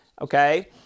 okay